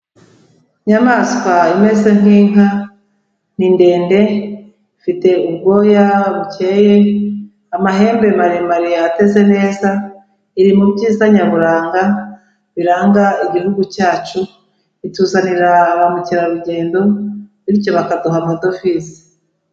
Inyamaswa imeze nk'inka, ni ndende, ifite ubwoya bukeye, amahembe maremare ateze neza, iri mu byiza nyaburanga biranga igihugu cyacu, ituzanira ba mukerarugendo, bityo bakaduha amadovize.